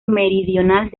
meridional